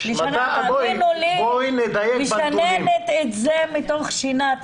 תאמין לי שאני משננת את זה מתוך שינה.